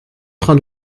train